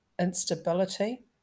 instability